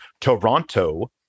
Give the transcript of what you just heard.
Toronto